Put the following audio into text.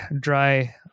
dry